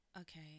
okay